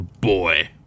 Boy